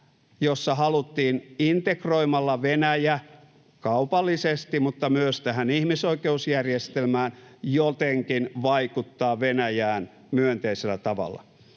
jossa haluttiin integroimalla Venäjä kaupallisesti mutta myös tähän ihmisoikeusjärjestelmään integroimalla jotenkin vaikuttaa Venäjään myönteisellä tavalla.